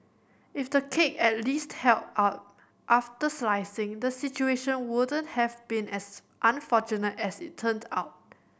if the cake at least held up after slicing the situation wouldn't have been as unfortunate as it turned out